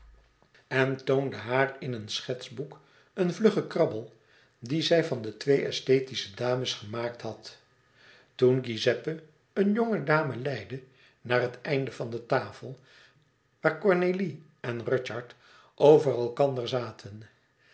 en toonde haar in een schetsboek een vluggen krabbel die zij van de twee esthetische dames gemaakt had toen giuseppe eene jonge dame leidde aan het einde van de tafel waar cornélie en rudyard over elkander zaten